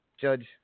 Judge